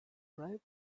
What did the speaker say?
ripe